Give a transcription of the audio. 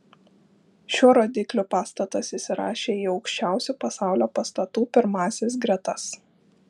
šiuo rodikliu pastatas įsirašė į aukščiausių pasaulio pastatų pirmąsias gretas